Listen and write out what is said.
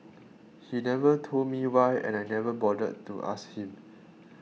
he never told me why and I never bothered to ask him